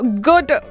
good